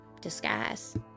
disguise